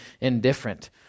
indifferent